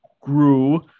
grew